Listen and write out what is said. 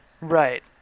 Right